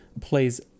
plays